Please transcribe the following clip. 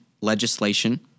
legislation